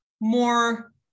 more